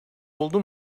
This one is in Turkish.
oldu